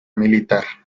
militar